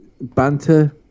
banter